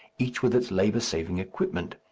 each with its labour-saving equipment.